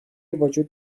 وجود